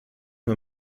nur